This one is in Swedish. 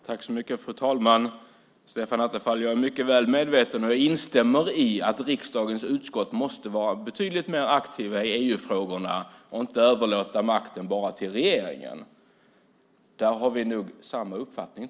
Fru talman! Jag är mycket väl medveten om och instämmer i att riksdagens utskott måste vara betydligt mer aktiva i EU-frågorna och inte överlåta makten bara till regeringen. Där har vi nog samma uppfattning.